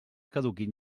caduquin